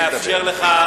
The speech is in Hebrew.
אאפשר לך,